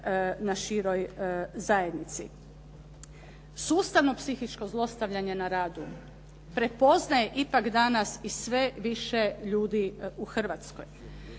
na široj zajednici. Sustavno psihičko zlostavljanje na radu prepoznaje ipak danas i sve više ljudi u Hrvatskoj.